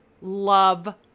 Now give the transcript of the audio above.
love